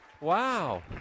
Wow